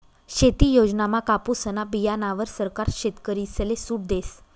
शेती योजनामा कापुसना बीयाणावर सरकार शेतकरीसले सूट देस